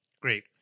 Great